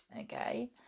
okay